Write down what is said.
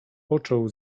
począł